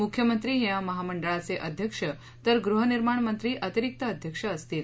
मुख्यमंत्री हे या महामंडळाचे अध्यक्ष तर गृहनिर्माण मंत्री अतिरिक्त अध्यक्ष असतील